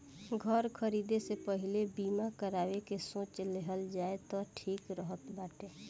घर खरीदे से पहिले बीमा करावे के सोच लेहल जाए तअ ठीक रहत बाटे